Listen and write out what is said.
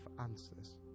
answers